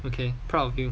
okay proud of you